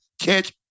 Catch